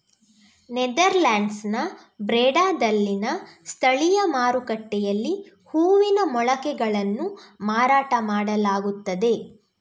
ನೆದರ್ಲ್ಯಾಂಡ್ಸಿನ ಬ್ರೆಡಾದಲ್ಲಿನ ಸ್ಥಳೀಯ ಮಾರುಕಟ್ಟೆಯಲ್ಲಿ ಹೂವಿನ ಮೊಳಕೆಗಳನ್ನು ಮಾರಾಟ ಮಾಡಲಾಗುತ್ತದೆ